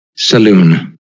saloon